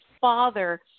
father